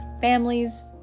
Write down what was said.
families